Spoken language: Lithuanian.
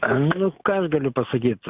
nu ką aš galiu pasakyt